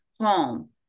home